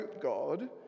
God